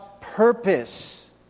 purpose